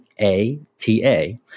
A-T-A